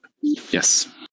Yes